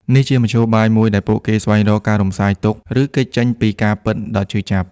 នេះជាមធ្យោបាយមួយដែលពួកគេស្វែងរកការរំសាយទុក្ខ ឬគេចចេញពីការពិតដ៏ឈឺចាប់។